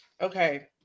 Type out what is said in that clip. Okay